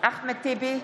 אחמד טיבי,